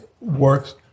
works